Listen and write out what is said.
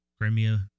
Crimea